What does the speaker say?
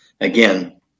Again